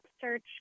search